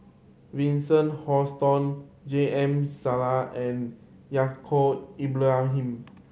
Vincent Hoisington J M Sali and Yaacob Ibrahim